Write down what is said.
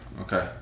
Okay